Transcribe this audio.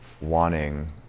wanting